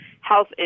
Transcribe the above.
health